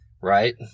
Right